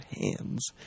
hands